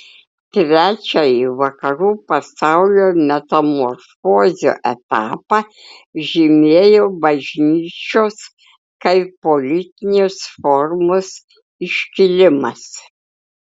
trečiąjį vakarų pasaulio metamorfozių etapą žymėjo bažnyčios kaip politinės formos iškilimas